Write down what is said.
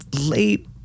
late